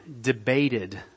debated